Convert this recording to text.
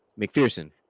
McPherson